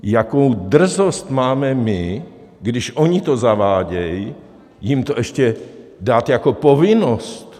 Jakou drzost máme my, když oni to zavádí, jim to ještě dát jako povinnost?